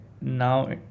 Now